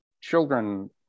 children